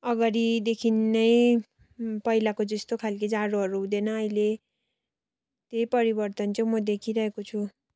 अगाडिदेखि नै पहिलाको जस्तो खालको जाडोहरू हुँदैन अहिले त्यही परिवर्तन चाहिँ म देखिरहेको छु